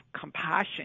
compassion